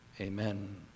Amen